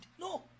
No